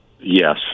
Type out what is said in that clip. Yes